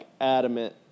adamant